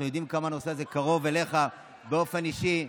יודעים כמה הנושא הזה קרוב אליך באופן אישי,